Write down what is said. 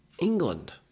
England